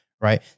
right